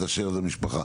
אז אשר זה משפחה.